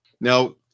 Now